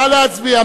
נא להצביע.